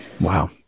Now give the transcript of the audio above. Wow